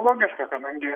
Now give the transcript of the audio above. logiška kadangi